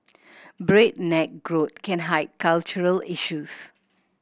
breakneck growth can hide cultural issues